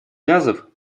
газов